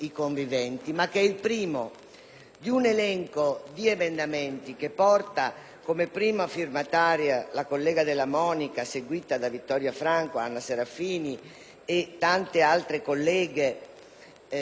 di un elenco di emendamenti di cui è prima firmataria la collega Della Monica, seguita dalle senatrici Vittoria Franco, Anna Serafini e tante altre colleghe del nostro Gruppo,